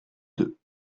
deux